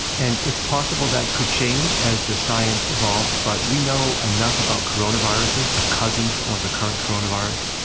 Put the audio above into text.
and it's possible that could change as the science evolves. but we know enough about coronaviruses, the cousins of the current coronavirus,